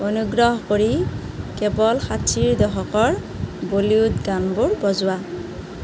অনুগ্ৰহ কৰি কেৱল ষাঠিৰ দশকৰ বলিউড গানবোৰ বজোৱা